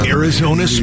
Arizona